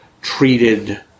treated